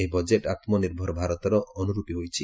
ଏହି ବଜେଟ୍ ଆତ୍କନିର୍ଭର ଭାରତର ଅନୁରୂପୀ ହୋଇଛି